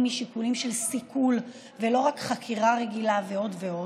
משיקולים של סיכול ולא רק חקירה רגילה ועוד ועוד,